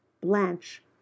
Blanche